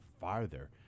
farther